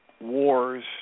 wars